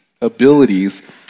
abilities